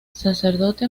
sacerdote